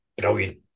Brilliant